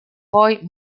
poi